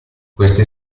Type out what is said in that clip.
queste